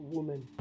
Woman